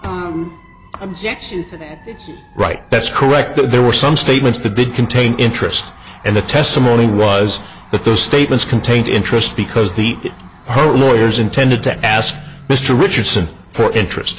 you right that's correct that there were some statements the big contain interest and the testimony was that the statements contained interest because the whole lawyers intended to ask mr richardson for interest